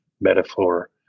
metaphor